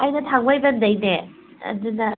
ꯑꯩꯅ ꯊꯥꯡꯃꯩꯕꯟꯗꯩꯅꯦ ꯑꯗꯨꯅ